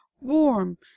warm